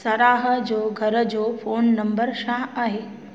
सराह जो घर जो फोन नंबर छा आहे